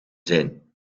zijn